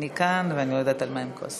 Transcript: אני כאן, ואני לא יודעת על מה הם כועסים.